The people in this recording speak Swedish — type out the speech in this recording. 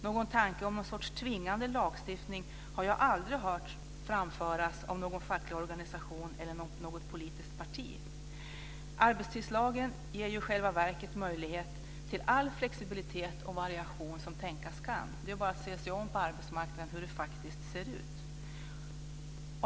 Någon tanke om någon sorts tvingande lagstiftning har jag aldrig hört framföras av någon facklig organisation eller något politiskt parti. Arbetstidslagen ger i själva verket möjligheter till all flexibilitet och variation som tänkas kan. Det är bara att se efter på arbetsmarknaden hur det faktiskt ser ut.